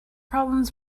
problems